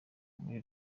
muri